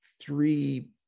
three